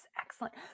Excellent